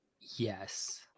yes